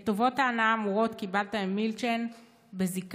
את טובות ההנאה האמורות קיבלת ממילצ'ן בזיקה